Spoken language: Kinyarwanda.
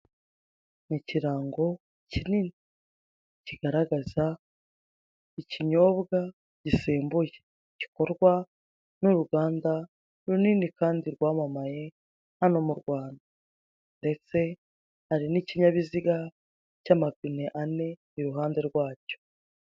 Ikirango kinini kigaragaza ikinyobwa gisembuye gikorwa n'uruganda runini kandi rwamamaye hano mu Rwanda. Ndetse hari n'ikinyabiziga cy'amapine ane iruhande rwacyo.